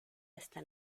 hasta